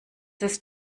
ist